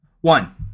One